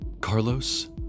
Carlos